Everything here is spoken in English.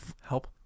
Help